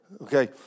okay